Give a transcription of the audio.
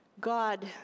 God